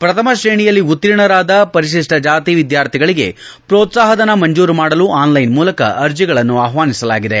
ಪ್ರಥಮ ಶ್ರೇಣಿಯಲ್ಲಿ ಉತ್ತೀರ್ಣರಾದ ಪರಿತಿಷ್ಲ ಚಾತಿ ವಿದ್ವಾರ್ಥಿಗಳಿಗೆ ಪೋತ್ಸಾಹಧನ ಮಂಜೂರು ಮಾಡಲು ಆನ್ಲೈನ್ ಮೂಲಕ ಅರ್ಜಿಗಳನ್ನು ಆಹ್ವಾನಿಸಲಾಗಿದೆ